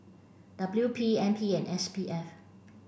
W P N P and S P F